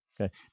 Okay